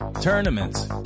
tournaments